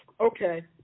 okay